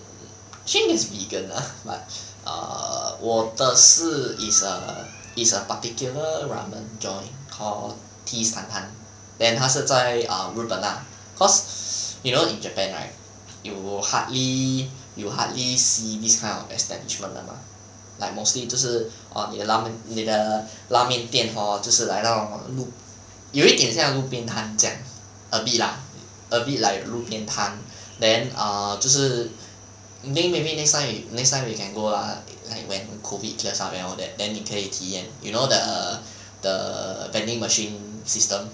hmm actually is vegan lah but err 我的是 err is err err is a particular ramen joint call then 它是在 err 日本 ah cause you know in japan right you hardly you hardly see this kind of establishment or not like mostly 就是 orh 你的拉面你的拉面店 hor 就是来到路有一点像路边摊这样 a bit lah a bit like 路边摊 then err 就是 think maybe next time next time you can go lah when COVID clears up and all that then 你可以体验 you know the the vending machine system